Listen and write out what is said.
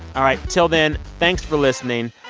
all right. till then, thanks for listening.